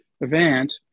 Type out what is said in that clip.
event